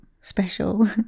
special